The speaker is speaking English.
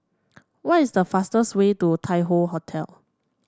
what is the fastest way to Tai Hoe Hotel